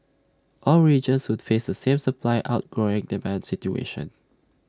all regions would face the same supply outgrowing demand situation